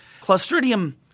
Clostridium